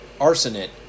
arsenate